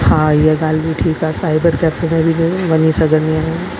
हा इहा ॻाल्हि बि ठीकु आहे साईबर केफे बि वञी सघंदी आहियां